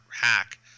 hack